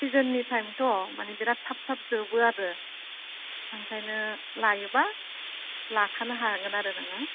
season नि थाइमथ' मानि बिराथ थाब थाब जोबो आरो ओंखायनो लायोबा लाखानो हागोन आरो नोङो